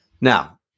Now